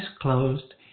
closed